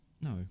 no